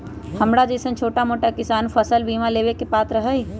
हमरा जैईसन छोटा मोटा किसान फसल बीमा लेबे के पात्र हई?